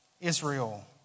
Israel